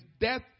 death